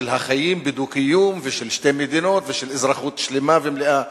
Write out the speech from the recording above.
של החיים בדו-קיום ושל שתי מדינות ושל אזרחות שלמה ומלאה,